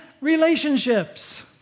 relationships